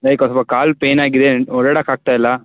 ಕಾಲು pain ಆಗಿದೆ ಓಡಾಡೋಕೆ ಆಗ್ತಾಯಿಲ್ಲ